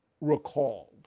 recalled